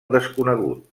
desconegut